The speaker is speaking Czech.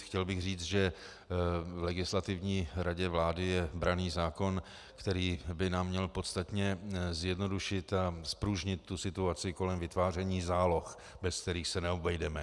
Chtěl bych říct, že v Legislativní radě vlády je branný zákon, který by nám měl podstatně zjednodušit a zpružnit situaci kolem vytváření záloh, bez kterých se neobejdeme.